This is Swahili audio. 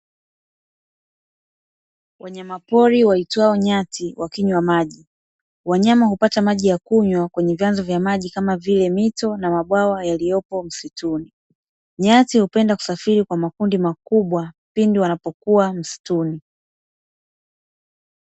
Wanyama pori waitwao nyati wakinywa maji, wanyama hupata maji ya kunywa kwenye vyanzo vya maji kama vile mito na mabwawa yaliyopo msituni. Nyati hupenda kusafiri kwa makundi makubwa pindi wanapokuwa msituni.